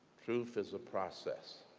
truth is a process